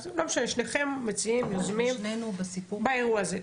לא משנה, שניכם מציעים, יוזמים באירוע הזה.